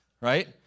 Right